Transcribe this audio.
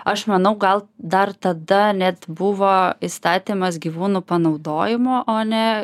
aš manau gal dar tada net buvo įstatymas gyvūnų panaudojimo o ne